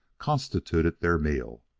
constituted their meal.